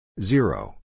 zero